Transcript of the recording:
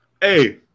Hey